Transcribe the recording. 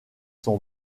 son